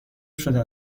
شده